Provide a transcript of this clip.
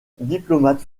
diplomate